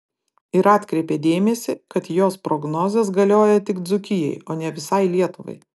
ir atkreipė dėmesį kad jos prognozės galioja tik dzūkijai o ne visai lietuvai